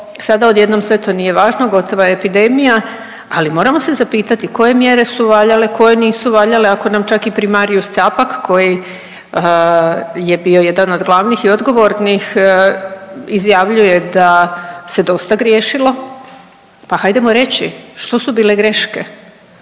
sada odjednom sve to nije važno gotova je epidemija. Ali moramo se zapitati koje mjere su valjale, koje nisu valjale, ako nam čak i primarius Capak koji je bio jedan od glavnih i odgovornih izjavljuje da se dosta griješilo. Pa hajdemo reći što su bile greške,